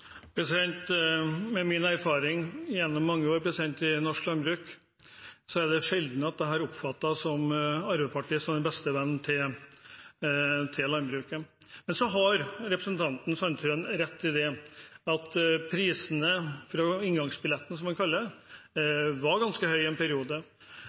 Med min erfaring gjennom mange år i norsk landbruk er det sjelden jeg har oppfattet Arbeiderpartiet som landbrukets beste venn. Men representanten Sandtrøen har rett i at prisene – inngangsbilletten, som han kaller